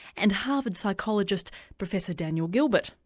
and harvard psychologist professor daniel gilbert,